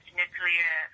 nuclear